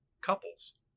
couples